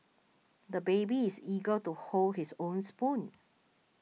the baby is eager to hold his own spoon